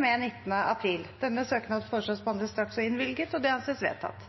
med 19. april. Denne søknad foreslås behandlet straks og innvilget. – Det anses vedtatt.